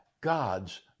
God's